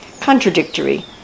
contradictory